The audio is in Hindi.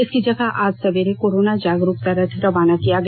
इसकी जगह आज सवेरे कोरोना जागरूकता रथ रवाना किया गया